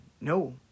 no